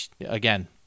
again